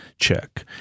Check